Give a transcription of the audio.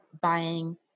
buying